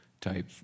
type